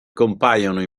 compaiono